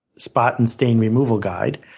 spot and stain removal guide.